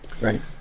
Right